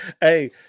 Hey